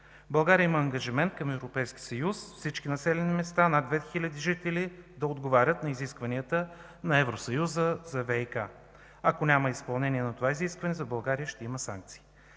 България има ангажимент към Европейския съюз всички населени места над 200 хиляди жители да отговарят на изискванията на Евросъюза за ВиК. Ако няма изпълнение на това изискване, за България ще има санкции.